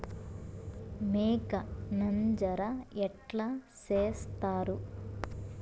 మేక నంజర ఎట్లా సేస్తారు?